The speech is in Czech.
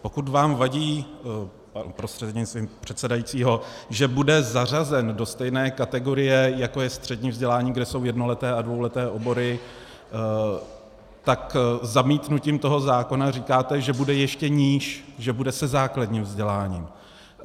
Pokud vám vadí prostřednictvím předsedajícího, že bude zařazen do stejné kategorie, jako je střední vzdělání, kde jsou jednoleté a dvouleté obory, tak zamítnutím toho zákona říkáte, že bude ještě níž, že bude se základním vzděláním.